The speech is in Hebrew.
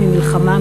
ממלחמה,